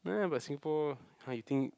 but Singapore har you think